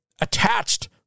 attached